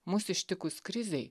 mus ištikus krizei